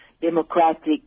Democratic